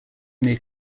near